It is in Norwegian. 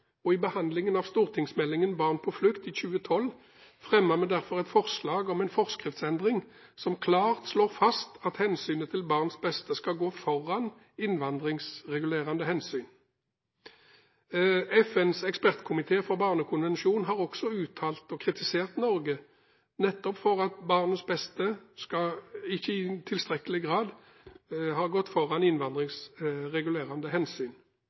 behandlingen av stortingsmeldingen «Barn på flukt» i 2012 fremmet vi derfor et forslag om en forskriftsendring som klart slår fast at hensynet til barns beste skal gå foran innvandringsregulerende hensyn. FNs ekspertkomité for barnekonvensjonen har også uttalt og kritisert Norge nettopp for at barnets beste ikke tilstrekkelig har gått foran innvandringsregulerende hensyn.